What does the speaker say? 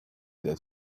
that